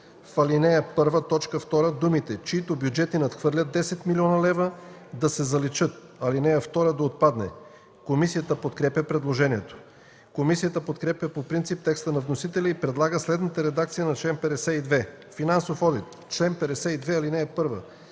В ал. 1 т. 2 думите „чийто бюджети надхвърлят 10 млн. лв.” да се заличат. 2. Ал. 2 да отпадне.” Комисията подкрепя предложението. Комисията подкрепя по принцип текста на вносителя и предлага следната редакция на чл. 52: „Финансов одит Чл. 52. (1)